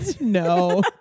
no